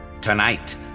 Tonight